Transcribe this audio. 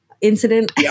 incident